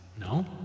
No